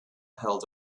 held